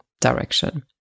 direction